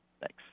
Thanks